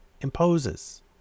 imposes